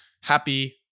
happy